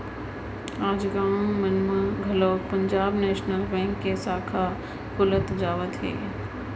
आज गाँव मन म घलोक पंजाब नेसनल बेंक के साखा खुलत जावत हे